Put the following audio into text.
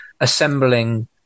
assembling